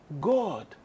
God